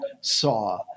saw